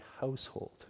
household